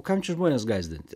kam čia žmones gąsdinti